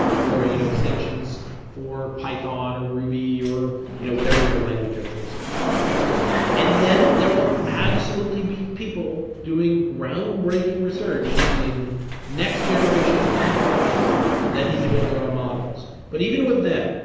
or you know extensions for python or ruby or you know whatever your language of choice is and then there will absolutely be people doing groundbreaking research using next generation deep learning that need to build their own models. but even with them,